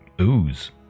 ooze